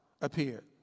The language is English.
appeared